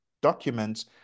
documents